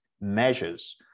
measures